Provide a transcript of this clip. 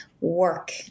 work